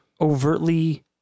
overtly